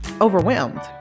overwhelmed